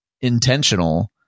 intentional